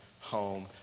home